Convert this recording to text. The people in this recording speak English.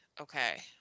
okay